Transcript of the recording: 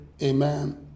Amen